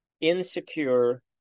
insecure